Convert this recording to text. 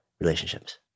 relationships